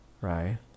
Right